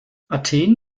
athen